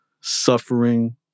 suffering